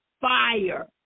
fire